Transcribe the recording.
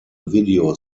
video